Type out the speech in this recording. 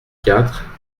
quatre